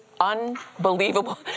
unbelievable